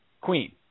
Queen